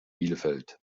bielefeld